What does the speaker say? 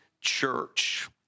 church